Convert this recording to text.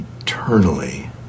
Eternally